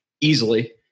easily